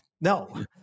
no